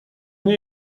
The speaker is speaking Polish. nie